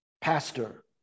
pastor